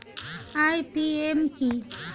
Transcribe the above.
IPM কি?